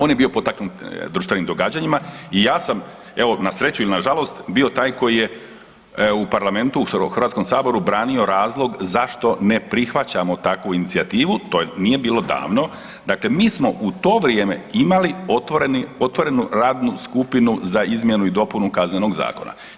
On je bio potaknut društvenim događanjima i ja sam, evo, na sreću ili na žalost bio taj koji je u parlamentu, u HS-u branio razlog zašto ne prihvaćamo takvu inicijativu, to nije bilo davno, dakle mi smo u to vrijeme imali otvorenu radnu skupinu za izmjenu i dopunu Kaznenog zakona.